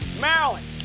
Maryland